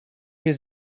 wir